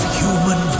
human